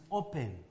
open